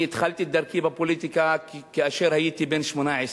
אני התחלתי את דרכי בפוליטיקה כאשר הייתי בן 18,